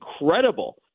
incredible